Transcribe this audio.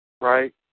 right